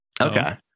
Okay